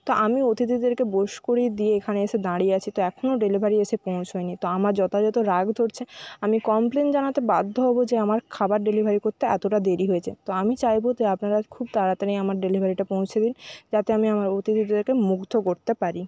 তো আমি অতিথিদেরকে বোস করিয়ে দিয়ে এখানে এসে দাঁড়িয়ে আছি তো এখনও ডেলিভারি এসে পৌঁছোয়নি তো আমার যথাযথ রাগ ধরছে আমি কমপ্লেন জানাতে বাধ্য হব যে আমার খাবার ডেলিভারি করতে এতটা দেরি হয়েছে তো আমি চাইব যে আপনারা খুব তাড়াতাড়ি আমার ডেলিভারিটা পৌঁছে দিন যাতে আমি আমার অতিথিদেরকে মুগ্ধ করতে পারি